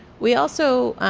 we also,